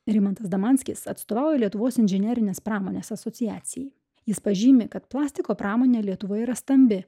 rimantas damanskis atstovauja lietuvos inžinerinės pramonės asociacijai jis pažymi kad plastiko pramonė lietuvoje yra stambi